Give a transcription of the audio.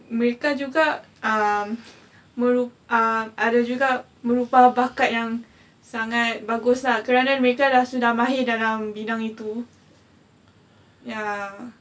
mereka juga um muru~ um ada juga merupa bakat yang sangat bagus lah mereka dah sudah mahir dalam bidang itu ya